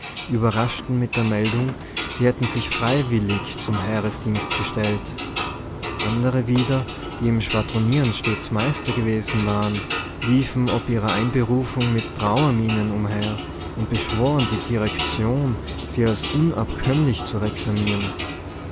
überraschten mit der meldung sie hätten sich freiwillig zum heeresdienst gestellt andere wieder die im schwadronieren stets meister gewesen waren liefen ob ihrer einberufung mit trauermienen umher und beschworen die direktion sie als unabkömmlich zu reklamieren